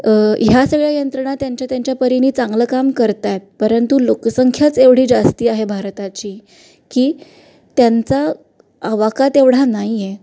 ह्या सगळ्या यंत्रणा त्यांच्या त्यांच्या परीने चांगलं काम करत आहेत परंतु लोकसंख्याच एवढी जास्त आहे भारताची की त्यांचा आवाका तेवढा नाही आहे